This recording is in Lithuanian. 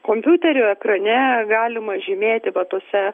kompiuterio ekrane galima žymėti va tuose